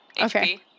Okay